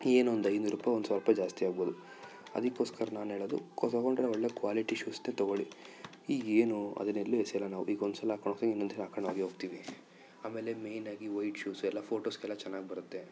ಏನು ಒಂದು ಐನೂರು ರುಪಾಯಿ ಒಂದು ಸಾವಿರ ರುಪಾಯಿ ಜಾಸ್ತಿ ಆಗ್ಬಹುದು ಅದಕ್ಕೋಸ್ಕರ ನಾನು ಹೇಳದು ಕೊ ತಗೊಂಡರೆ ಒಳ್ಳೆ ಕ್ವಾಲಿಟಿ ಶೂಸನ್ನೆ ತಗೋಳಿ ಈಗ ಏನು ಅದನ್ನೆಲ್ಲೂ ಎಸೆಯೋಲ್ಲ ನಾವು ಈಗ ಒಂದ್ಸಲ ಹಾಕೊಂಡು ಹೋಗ್ತೀವಿ ಇನ್ನೊಂದು ಸಲ ಹಾಕೊಂಡ್ ಹೋಗೆ ಹೋಗ್ತಿವಿ ಆಮೇಲೆ ಮೈನಾಗಿ ವೈಟ್ ಶೂಸ್ ಎಲ್ಲ ಫೋಟೋಸಿಗೆಲ್ಲ ಚೆನ್ನಾಗಿ ಬರುತ್ತೆ